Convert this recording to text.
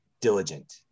diligent